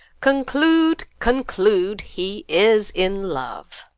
conclude, conclude he is in love.